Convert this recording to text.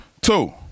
two